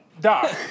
Doc